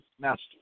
Master